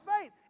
faith